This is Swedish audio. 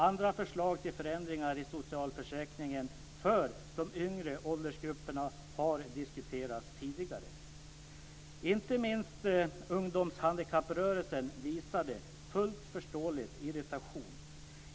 Andra förslag till förändringar i socialförsäkringen för de yngre åldersgrupperna har diskuterats tidigare. Inte minst ungdomshandikapprörelsen visade, fullt förståeligt, irritation.